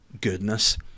goodness